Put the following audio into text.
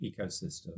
ecosystem